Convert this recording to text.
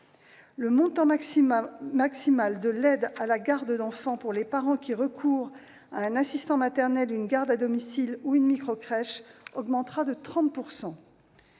Le montant maximal de l'aide à la garde d'enfants pour les parents qui recourent à un assistant maternel, à une garde à domicile ou à une microcrèche, augmentera de 30 %.